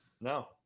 No